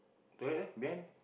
toilet there behind